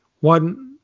one